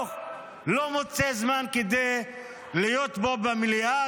החינוך לא מוצא זמן כדי להיות פה במליאה